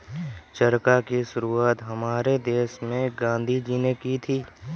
चरखा की शुरुआत हमारे देश में गांधी जी ने की थी